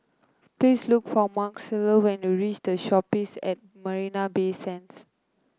please look for Marcela when you reach The Shoppes at Marina Bay Sands